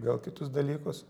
gal kitus dalykus